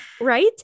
right